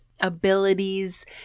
abilities